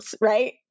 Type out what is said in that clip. right